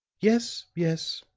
yes, yes,